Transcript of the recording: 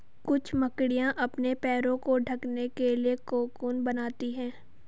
कुछ मकड़ियाँ अपने पैरों को ढकने के लिए कोकून बनाती हैं